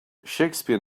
shakespeare